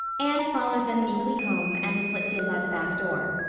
anne followed them meekly home and slipped in by the back door.